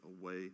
away